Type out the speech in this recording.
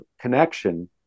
connection